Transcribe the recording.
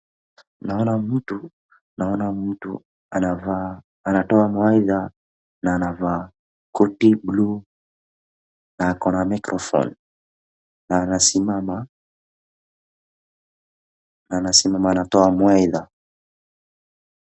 Naona mtu, naona mtu anavaa anatoa mawaidha na anavaa koti blue na ako na microphone na anasimama, na anasimama anatoa mawaidha.